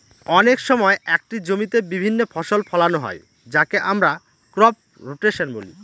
অনেক সময় একটি জমিতে বিভিন্ন ফসল ফোলানো হয় যাকে আমরা ক্রপ রোটেশন বলি